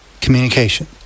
communication